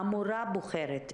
המורה בוחרת,